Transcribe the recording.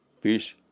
peace